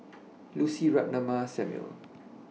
Lucy Ratnammah Samuel